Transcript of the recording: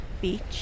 Beach